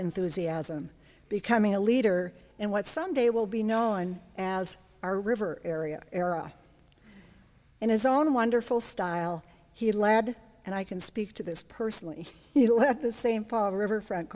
enthusiasm becoming a leader in what someday will be known as our river area era in his own wonderful style he lad and i can speak to this personally the same fall river fr